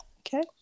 okay